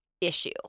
issue